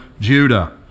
Judah